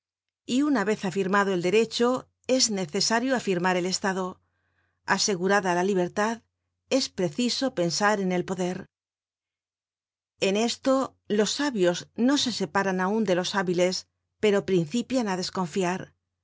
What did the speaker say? y una vez afirmado el derecho es necesario afirmar el estado asegurada la libertad es preciso pensar en el poder en esto los sabios no se séparan aun de los hábiles pero principian á desconfiar